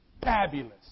fabulous